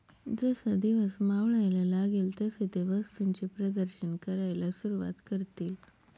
जसा दिवस मावळायला लागेल तसे ते वस्तूंचे प्रदर्शन करायला सुरुवात करतील